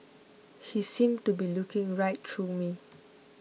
he seemed to be looking right through me